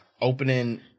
opening